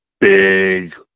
big